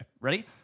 Ready